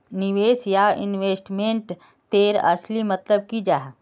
निवेश या इन्वेस्टमेंट तेर असली मतलब की जाहा?